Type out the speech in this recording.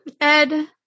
Ed